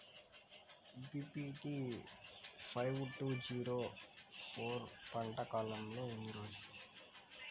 BPT five two zero four పంట కాలంలో ఎన్ని రోజులు?